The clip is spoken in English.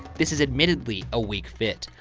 this is admittedly a weak fit,